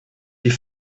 die